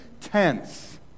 tense